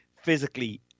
physically